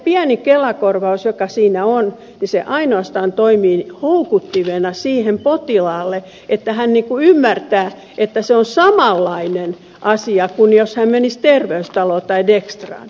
se pieni kelakorvaus joka siinä on ainoastaan toimii houkuttimena potilaalle että hän ymmärtää että se on samanlainen asia kuin jos hän menisi terveystaloon tai dextraan